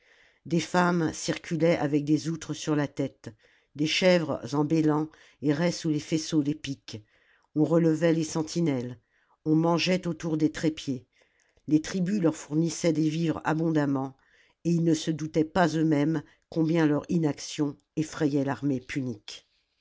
des femmes circulaient avec des outres sur la tête des chèvres en bêlant erraient sous les faisceaux des piques on relevait les sentinelles on mangeait autour des trépieds les tribus leur fournissaient des vivres abondamment et ils ne se doutaient pas eux-mêmes combien leur inaction effrayait l'armée punique